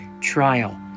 trial